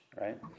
right